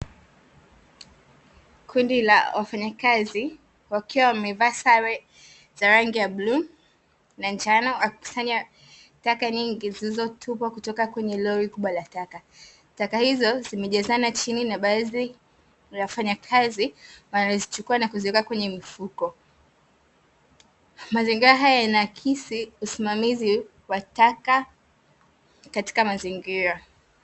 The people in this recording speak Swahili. kundi la wafanya kazi wakiwa wamevaa sare za rangi ya bluu na njano wakikusanya taka nyingi zilizo tupwa kutoka kwenye lori kubwa la taka. Taka hizo zimejazana chini na baadhi ya wafanyakazi wanazichukua na kuzieka kwenye mifuko, mazingira haya yanaakisi usimamizi wa taka katika mazingira.